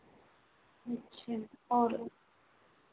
अच्छा और